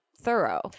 thorough